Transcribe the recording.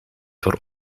voor